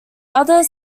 other